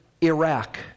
Iraq